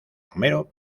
romero